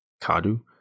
Kadu